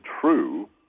true